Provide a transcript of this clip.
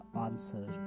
answer